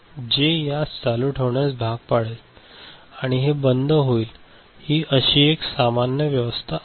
जे यास चालू ठेवण्यास भाग पाडेल आणि हे बंद होईल ही अशी एक सामान्य व्यवस्था आहे